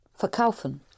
verkaufen